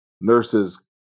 nurses